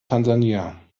tansania